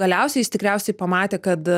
galiausiai jis tikriausiai pamatė kad